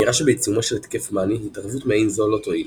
נראה שבעיצומו של התקף מאני התערבות מעין זו לא תועיל,